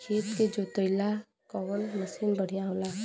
खेत के जोतईला कवन मसीन बढ़ियां होला?